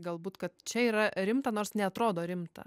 galbūt kad čia yra rimta nors neatrodo rimta